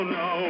no